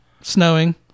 snowing